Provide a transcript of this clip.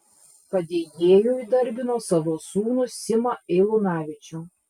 padėjėju įdarbino savo sūnų simą eilunavičių